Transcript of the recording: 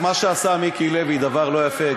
מה שעשה מיקי לוי, דבר לא יפה.